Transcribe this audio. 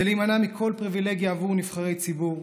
זה להימנע מכל פריבילגיה עבור נבחרי ציבור,